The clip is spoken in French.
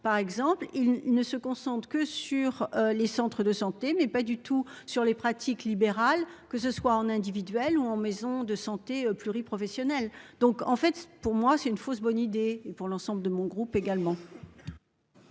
par exemple, il ne se concentre que sur les centres de santé n'est pas du tout sur les pratiques libérales que ce soit en individuel ou en maison de santé pluri-professionnelles. Donc en fait pour moi c'est une fausse bonne idée et pour l'ensemble de mon groupe également.